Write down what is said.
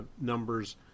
numbers